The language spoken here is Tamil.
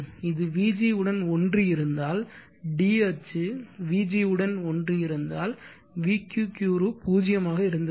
இது vg உடன் ஒன்றி இருந்தால் d அச்சு vg உடன் ஒன்றி இருந்தால் vq கூறு 0 ஆக இருந்திருக்கும்